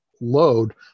load